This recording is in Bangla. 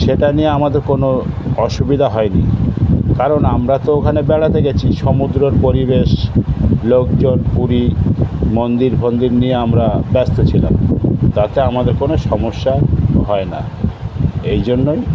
সেটা নিয়ে আমাদের কোনো অসুবিধা হয় নি কারণ আমরা তো ওখানে বেড়াতে গেছি সমুদ্রর পরিবেশ লোকজন পুরী মন্দির ফন্দির নিয়ে আমরা ব্যস্ত ছিলাম তাতে আমাদের কোনো সমস্যা হয় না এই জন্যই